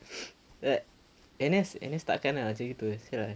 N_S N_S takkan nak begitu sia lah